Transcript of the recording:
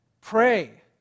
pray